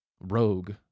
Rogue